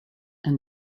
and